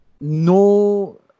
No